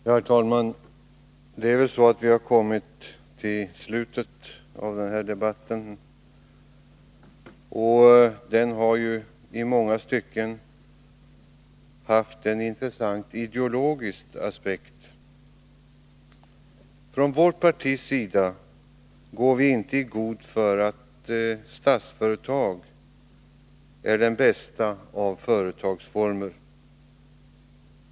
Herr talman! Det är väl så att vi har kommit till slutet av den här debatten. Den har ju i många stycken varit intressant ur en ideologisk aspekt. Vårt parti går inte i god för att Statsföretag är den bästa av företagsformer.